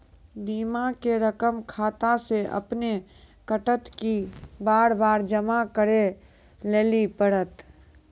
बीमा के रकम खाता से अपने कटत कि बार बार जमा करे लेली पड़त?